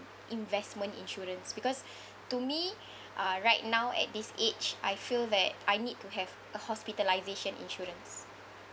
investment insurance because to me uh right now at this age I feel that I need to have a hospitalization insurance